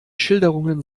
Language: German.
schilderungen